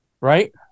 Right